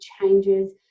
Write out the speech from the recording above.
changes